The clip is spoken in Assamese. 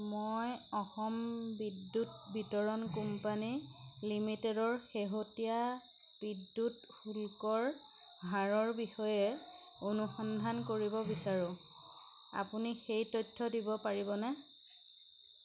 মই অসম বিদ্যুৎ বিতৰণ কোম্পানী লিমিটেডৰ শেহতীয়া বিদ্যুৎ শুল্কৰ হাৰৰ বিষয়ে অনুসন্ধান কৰিব বিচাৰোঁ আপুনি সেই তথ্য দিব পাৰিবনে